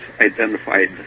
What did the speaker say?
identified